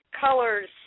colors